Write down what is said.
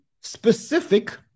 specific